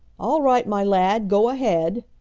all right, my lad, go ahead,